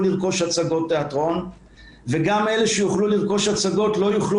לרכוש הצגות תיאטרון וגם אלה שיוכלו לרכוש הצגות לא יוכלו